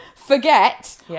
Forget